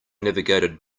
navigated